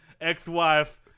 ex-wife